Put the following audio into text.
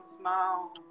smile